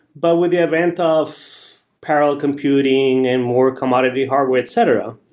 but with the event of parallel computing and more commodity hardware, etc,